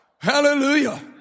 hallelujah